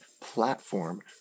platform